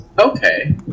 Okay